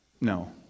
No